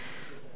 הוא אומר לו,